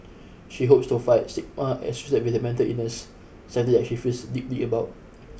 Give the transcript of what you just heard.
she hopes to fight stigma associated with mental illness something that she feels deeply about